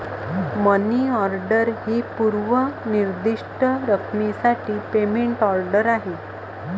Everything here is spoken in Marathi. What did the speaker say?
मनी ऑर्डर ही पूर्व निर्दिष्ट रकमेसाठी पेमेंट ऑर्डर आहे